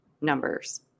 numbers